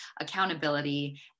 accountability